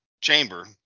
chamber